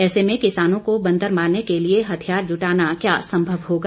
ऐसे में किसानों को बंदर मारने के लिए हथियार जुटाना क्या संभव होगा